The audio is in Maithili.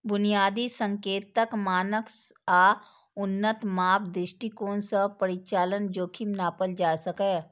बुनियादी संकेतक, मानक आ उन्नत माप दृष्टिकोण सं परिचालन जोखिम नापल जा सकैए